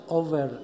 over